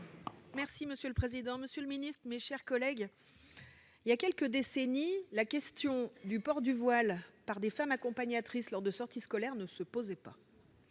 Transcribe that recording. Monsieur le président, monsieur le ministre, mes chers collègues, il y a quelques décennies, la question du port du voile par des femmes accompagnatrices lors de sorties scolaires ne se posait pas.